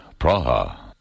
Praha